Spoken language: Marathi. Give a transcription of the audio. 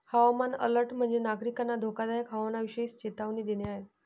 हवामान अलर्ट म्हणजे, नागरिकांना धोकादायक हवामानाविषयी चेतावणी देणे आहे